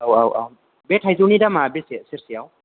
औ औ बे थाइजौनि दामआ बेसे सेरसेआव